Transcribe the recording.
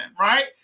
right